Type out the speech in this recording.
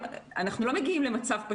יחסית למצב התחלואה במדינה,